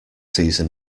season